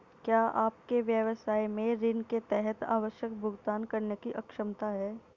क्या आपके व्यवसाय में ऋण के तहत आवश्यक भुगतान करने की क्षमता है?